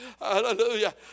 Hallelujah